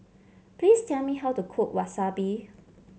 please tell me how to cook Wasabi